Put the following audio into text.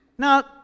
Now